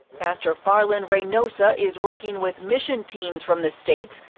pastor farlon renosa is working with mission teams from the states,